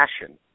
passion